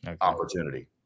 opportunity